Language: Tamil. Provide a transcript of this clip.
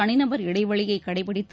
தனிநபர் இடைவெளியைகடைபிடித்து